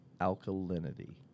alkalinity